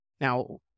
Now